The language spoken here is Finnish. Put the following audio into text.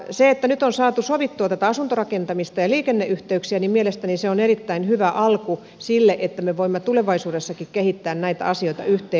se että nyt on saatu sovittua tätä asuntorakentamista ja liikenneyh teyksiä on mielestäni erittäin hyvä alku sille että me voimme tulevaisuudessakin kehittää näitä asioita yhteen